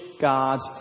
God's